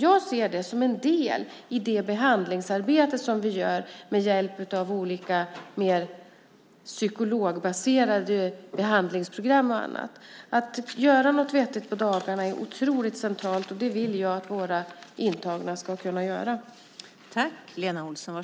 Jag ser det som en del i det behandlingsarbete som vi gör med hjälp av olika mer psykologbaserade behandlingsprogram och annat. Att göra något vettigt på dagarna är otroligt centralt, och det vill jag att våra intagna ska kunna göra.